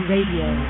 Radio